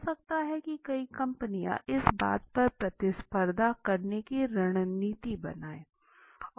हो सकता है की कई कंपनियां इस बात पर प्रतिस्पर्धी करने की रणनीति बनाये